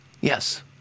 Yes